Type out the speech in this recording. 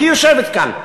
והיא יושבת כאן,